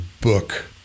book